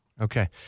Okay